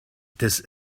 this